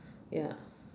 ya